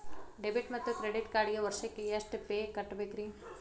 Debit ಮತ್ತು credit ಕಾರ್ಡ್ಗೆ ವರ್ಷಕ್ಕ ಎಷ್ಟ ಫೇ ಕಟ್ಟಬೇಕ್ರಿ?